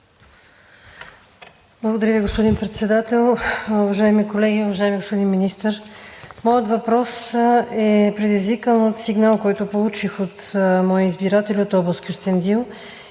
Благодаря Ви, господин Председател. Уважаеми колеги! Уважаеми господин Министър, моят въпрос е предизвикан от сигнал, който получих от мои избиратели от област Кюстендил,